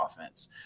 offense